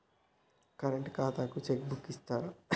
Current ఖాతాకు cheque book ఇత్తరా?